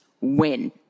win